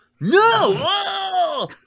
No